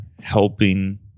helping